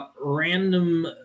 random